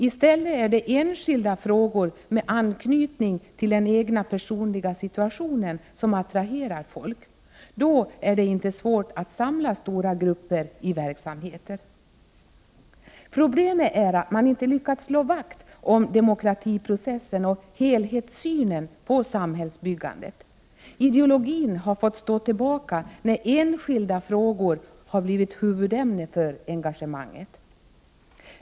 I stället är det enskilda frågor med anknytning till den egna personliga situationen som attraherar folk. Det är då inte svårt att samla stora grupper i verksamheter. Problemet är att man inte har lyckats slå vakt om demokratiprocessen och helhetssynen på samhällsbyggandet. Ideologin har fått stå tillbaka när enskilda frågor har blivit huvudämne för engagemanget.